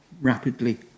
rapidly